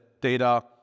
data